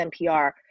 NPR